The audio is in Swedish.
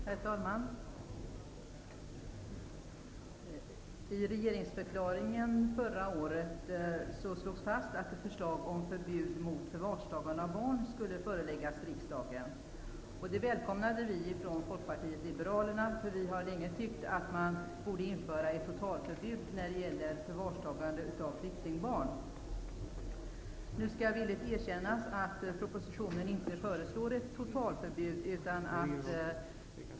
Herr talman! I förra årets regeringsförklaring slogs fast att förslag om förbud mot förvarstagande av barn skulle föreläggas riksdagen. Det välkomnade vi från Folkpartiet liberalerna. Vi har länge tyckt att man borde införa ett totalförbud när det gäller förvarstagande av flyktingbarn. Nu skall villigt erkännas att propositionen inte föreslår ett totalförbud.